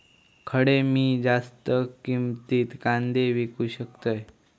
खडे मी जास्त किमतीत कांदे विकू शकतय?